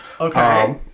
Okay